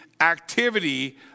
activity